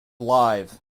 live